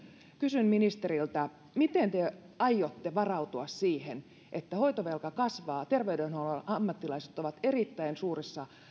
kysyn ministeriltä miten te aiotte varautua siihen että hoitovelka kasvaa terveydenhuollon ammattilaiset ovat erittäin suuressa